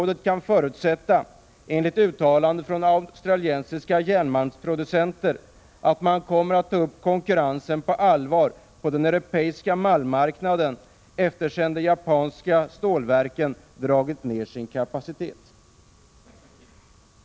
Dessutom kommer australiska järnmalmsproducenter att ta upp konkurrensen på allvar på den europeiska malmmarknaden sedan de japanska stålverken dragit ner sin kapacitet.